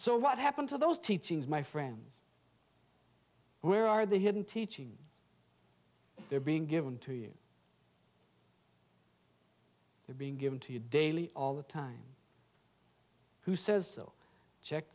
so what happened to those teachings my friends where are the hidden teaching they are being given to you are being given to you daily all the time who says check